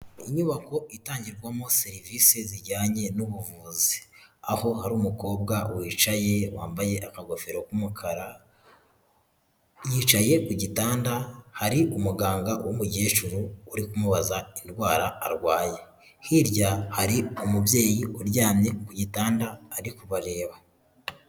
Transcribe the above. Inyubako itangirwamo serivisi zijyanye n'ubuvuzi, aho hari umukobwa wicaye wambaye akagofero k'umukara, yicaye ku gitanda hari umuganga w'umukecuru uri kumubaza indwara arwaye, hirya hari umubyeyi uryamye ku gitanda ari kubareba.